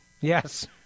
Yes